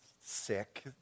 sick